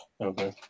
Okay